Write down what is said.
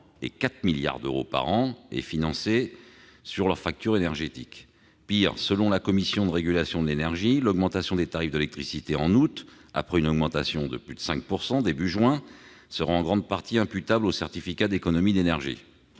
et 4 milliards d'euros, est financé sur leur facture énergétique. Pis, selon la Commission de régulation de l'énergie, l'augmentation des tarifs de l'électricité en août, après une augmentation de plus de 5 % début juin, sera en grande partie imputable aux certificats d'économies d'énergie.